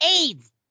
AIDS